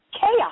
chaos